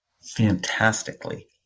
Fantastically